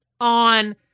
on